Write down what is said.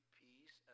peace